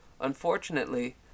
Unfortunately